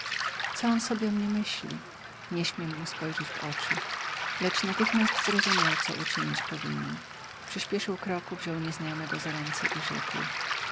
co on sobie o mnie myśli nie śmiem mu spojrzeć w oczy lecz natychmiast zrozumiał co uczynić powinien przyspieszył kroku wziął nieznajomego za ręce i rzekł